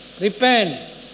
Repent